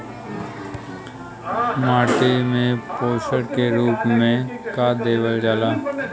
माटी में पोषण के रूप में का देवल जाला?